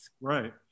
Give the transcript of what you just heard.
Right